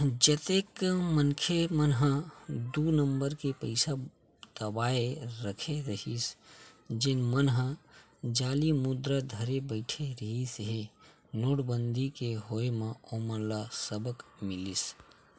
जतेक मनखे मन ह दू नंबर के पइसा दबाए रखे रहिस जेन मन ह जाली मुद्रा धरे बइठे रिहिस हे नोटबंदी के होय म ओमन ल सबक मिलिस